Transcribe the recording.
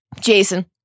Jason